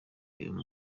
umukobwa